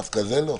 דווקא זה לא?